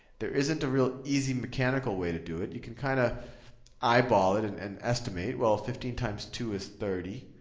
there isn't a real easy mechanical way to do it. you can kind of eyeball it and and estimate. well, fifteen times two is thirty.